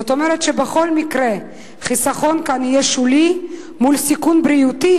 זאת אומרת שבכל מקרה החיסכון כאן יהיה שולי מול סיכון בריאותי,